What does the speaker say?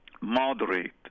moderate